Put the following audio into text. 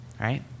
right